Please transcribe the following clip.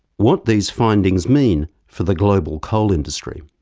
what these findings mean for the global coal industry.